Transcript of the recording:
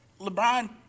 LeBron